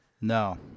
No